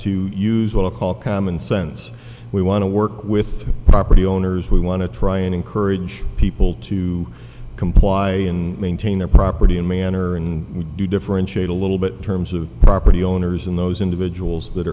call common sense we want to work with property owners we want to try and encourage people to comply in maintain their property and manner and we do differentiate a little bit terms of property owners in those individuals that